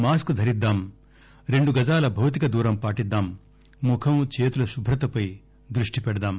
mask ధరిద్దాం రెండు గజాల భౌతిక దూరం పాటిద్దాం ముఖం చేతుల శుభ్రతపై దృష్టి పెడదాం